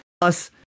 Plus